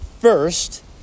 first